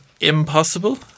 impossible